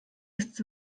ist